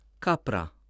Capra